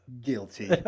guilty